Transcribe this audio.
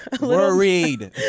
Worried